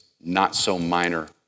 not-so-minor